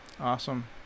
awesome